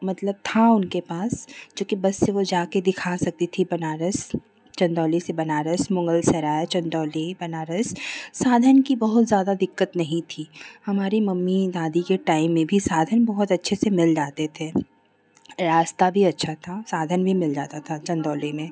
मतलब था उनके पास जोकि बस से वह जाके दिखा सकती थीं बनारस चन्दौली से बनारस मुगलसराय चन्दौली बनारस साधन की बहुत ज़्यादा दिक्कत नहीं थी हमारी मम्मी दादी के टाइम में भी साधन बहुत अच्छे से मिल जाते थे रास्ता भी अच्छा था साधन भी मिल जाता था चन्दौली में